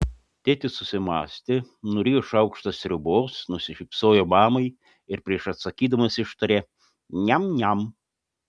tėtis susimąstė nurijo šaukštą sriubos nusišypsojo mamai ir prieš atsakydamas ištarė niam niam